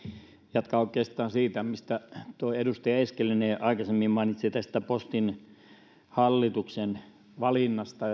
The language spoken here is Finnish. jatkan oikeastaan siitä mistä tuo edustaja eskelinen aikaisemmin mainitsi tästä postin hallituksen valinnasta